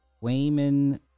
Wayman